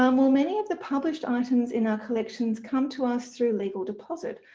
um well, many of the published items in our collections come to us through legal deposit.